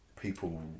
people